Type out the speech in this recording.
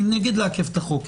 אני נגד לעכב את החוק,